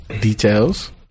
Details